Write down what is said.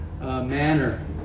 manner